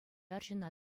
арҫынна